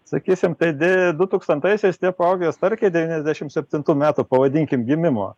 sakysim tai dė du tūkstantaisiais tie paaugę starkiai devyniasdešim septintų metų pavadinkim gimimo